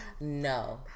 No